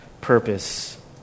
purpose